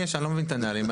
אני לא מבין את הנהלים.